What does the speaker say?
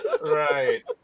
Right